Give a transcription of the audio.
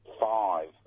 Five